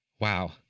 Wow